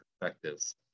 perspectives